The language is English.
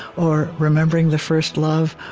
or remembering the first love,